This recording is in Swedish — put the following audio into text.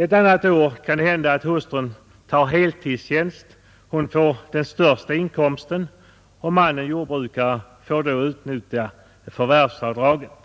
Ett annat år kanske hustrun tar heltidstjänst och får den högsta inkomsten. Mannen-jordbrukaren får då åtnjuta förvärvsavdraget.